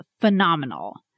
phenomenal